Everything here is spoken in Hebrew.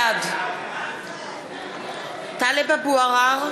בעד טלב אבו עראר,